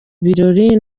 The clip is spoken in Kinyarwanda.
birori